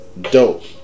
dope